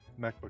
MacBook